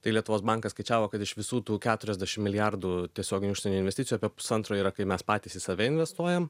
tai lietuvos bankas skaičiavo kad iš visų tų keturiasdešim milijardų tiesioginių užsienio investicijų apie pusantro yra kai mes patys į save investuojam